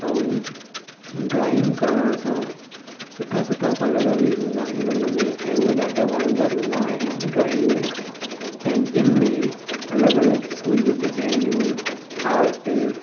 ऐं ड्राइंग करण सां सुठा सुठा कलर बि हूंदा आहिनि उनमें ऐं उहे ॾाढा वणंदड़ हूंदा आहिनि ड्राइंग में पेंटिंग में अलॻि अलॻि किस्मनि जूं डिज़ाइनियूं आर्ट